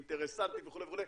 אינטרסנטית וכו' וכו',